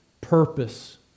purpose